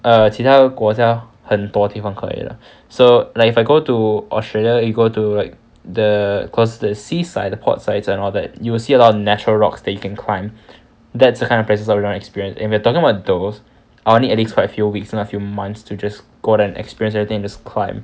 err 其他的国家很多地方可以 lah so like if I go to australia you go to like the coast the seaside port sites and all that you will see a lot of natural rocks that you can climb that's the kind of places I want to experience if you are talking about those I will need quite a few weeks and a few months to just go and experience everything and just climb